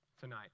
tonight